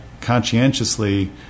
conscientiously